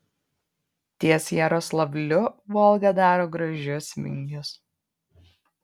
ties jaroslavliu volga daro gražius vingius